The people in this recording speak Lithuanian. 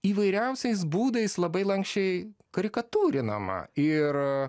įvairiausiais būdais labai lanksčiai karikatūrinama ir